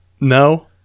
No